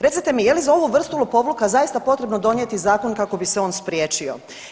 Recite mi je li za ovu vrstu lopovluka zaista potrebno donijeti zakon kako bi se on spriječio?